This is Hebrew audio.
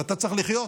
ואתה צריך לחיות